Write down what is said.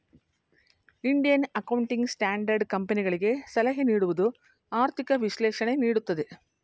Indian accounting standard ಕಂಪನಿಗಳಿಗೆ ಸಲಹೆ ನೀಡುವುದು, ಆರ್ಥಿಕ ವಿಶ್ಲೇಷಣೆ ನೀಡುತ್ತದೆ